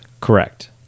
Correct